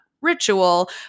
ritual